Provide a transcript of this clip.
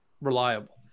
reliable